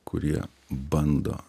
kurie bando